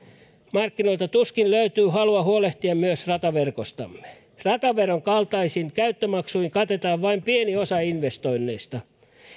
markkinoilta tuskin löytyy halua huolehtia myös rataverkostamme rataveron kaltaisin käyttömaksuin katetaan vain pieni osa investoinneista